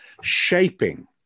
shaping